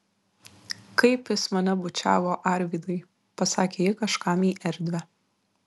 kaip jis mane bučiavo arvydai pasakė ji kažkam į erdvę